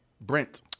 Brent